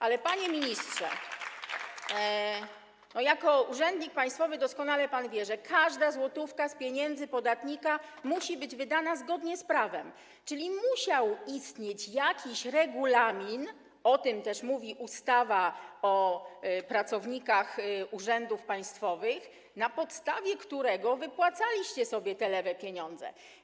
Ale panie ministrze, jako urzędnik państwowy doskonale pan wie, że każda złotówka z pieniędzy podatnika musi być wydana zgodnie z prawem, czyli musiał istnieć jakiś regulamin, o tym też mówi ustawa o pracownikach urzędów państwowych, na podstawie którego wypłacaliście sobie te lewe pieniądze.